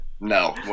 no